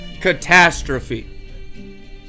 catastrophe